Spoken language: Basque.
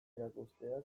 erakusteak